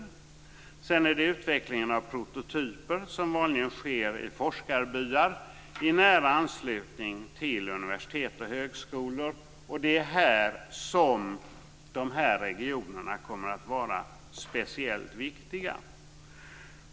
Nästa stadium, utveckling av prototyper, är vanligen förlagt till forskarbyar i nära anslutning till universitet och högskolor, och det är i det skedet som de här regionerna kommer att vara speciellt viktiga.